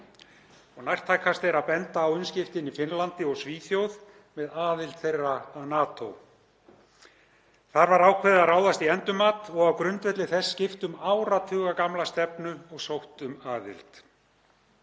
Nærtækast er að benda á umskiptin í Finnlandi og Svíþjóð með aðild þeirra að NATO. Þar var ákveðið að ráðast í endurmat og á grundvelli þess skipt um áratugagamla stefnu og sótt um aðild.